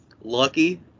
lucky